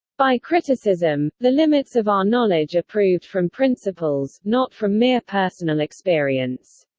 by criticism, the limits of our knowledge are proved from principles, not from mere personal experience.